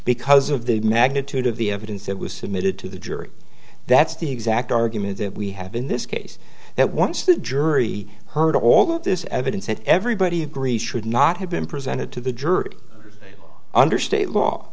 because of the magnitude of the evidence that was submitted to the jury that's the exact argument that we have in this case that once the jury heard all of this evidence that everybody agrees should not have been presented to the jury under state law